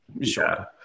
sure